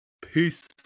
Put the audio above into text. peace